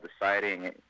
deciding